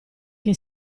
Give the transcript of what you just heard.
che